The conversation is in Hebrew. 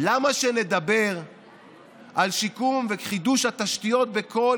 למה שנדבר על שיקום וחידוש התשתיות בכל